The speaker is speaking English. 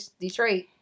Detroit